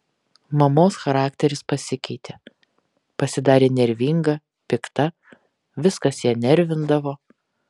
mamos charakteris pasikeitė pasidarė nervinga pikta viskas ją nervindavo